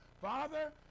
Father